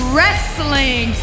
Wrestling